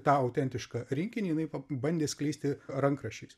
tą autentišką rinkinį jinai pa bandė skleisti rankraščiais